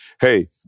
hey